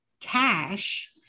cash